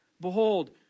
Behold